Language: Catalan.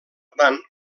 tant